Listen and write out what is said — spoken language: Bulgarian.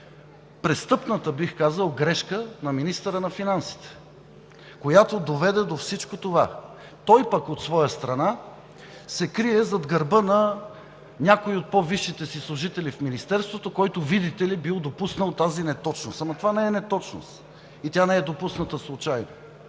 престъпната бих казал грешка на министъра на финансите, която доведе до всичко това. Той пък от своя страна се крие зад гърба на някой от по-висшите си служители в Министерството, който, видите ли, бил допуснал тази неточност. Ама това не е неточност и тя не е допусната случайно!